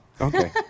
Okay